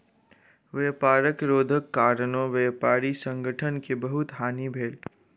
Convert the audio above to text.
व्यापार रोधक कारणेँ व्यापारी संगठन के बहुत हानि भेल